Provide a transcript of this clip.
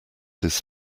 his